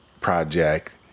project